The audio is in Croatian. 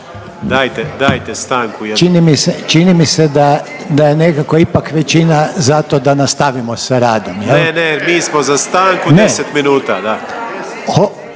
Dajte stanku./ … Čini mi se da je nekako ipak većina za to da nastavimo s radom, jel'? … /Upadica Grmoja: